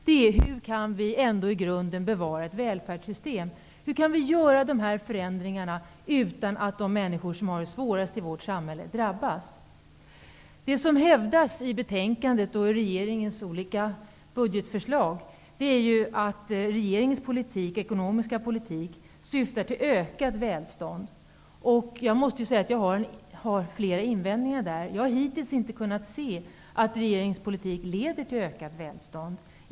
Det som Vänsterpartiet tycker är viktigt är frågan om hur ett välfärdssystem i grunden ändå skall kunna bevaras och om hur förändringar kan göras utan att de människor som har det svårast i vårt samhälle drabbas. Det som hävdas i betänkandet och i regeringens olika budgetförslag är ju att regeringens ekonomiska politik syftar till ökat välstånd. Jag har flera invändningar mot detta. Jag har hittills inte kunnat se att regeringens politik leder till ökat välstånd.